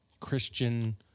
Christian